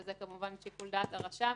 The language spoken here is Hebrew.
וזה כמובן שיקול דעת הרשם,